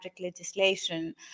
legislation